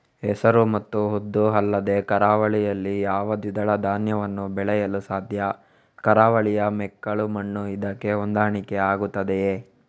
ಹೆಸರು ಮತ್ತು ಉದ್ದು ಅಲ್ಲದೆ ಕರಾವಳಿಯಲ್ಲಿ ಯಾವ ದ್ವಿದಳ ಧಾನ್ಯವನ್ನು ಬೆಳೆಯಲು ಸಾಧ್ಯ? ಕರಾವಳಿಯ ಮೆಕ್ಕಲು ಮಣ್ಣು ಇದಕ್ಕೆ ಹೊಂದಾಣಿಕೆ ಆಗುತ್ತದೆಯೇ?